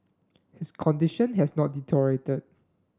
his condition has not deteriorated